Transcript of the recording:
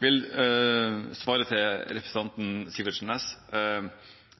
vil svare til representanten Sivertsen Næss.